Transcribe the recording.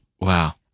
Wow